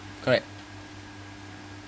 correct